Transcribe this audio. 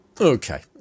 okay